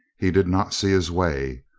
he did not see his way.